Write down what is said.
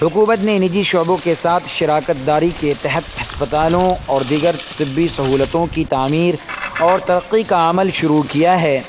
حکومت نے نجی شعبوں کے ساتھ شراکت داری کے تحت اسپتالوں اور دیگر طبی سہولتوں کی تعمیر اور ترقی کا عمل شروع کیا ہے